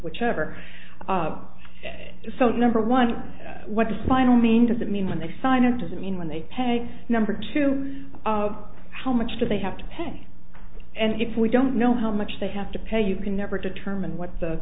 whichever so number one what the spinal mean does that mean when they sign up does it mean when they pay number two how much do they have to pay and if we don't know how much they have to pay you can never determine what the